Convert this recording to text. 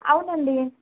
అవునండి